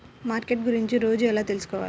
Market గురించి రోజు ఎలా తెలుసుకోవాలి?